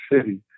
City